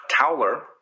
Towler